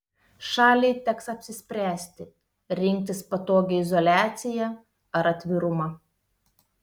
šaliai teks apsispręsti rinktis patogią izoliaciją ar atvirumą